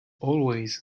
always